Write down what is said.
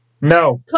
No